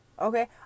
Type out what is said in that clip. Okay